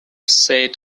set